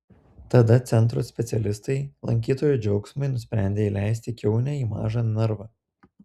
tada centro specialistai lankytojų džiaugsmui nusprendė įleisti kiaunę į mažą narvą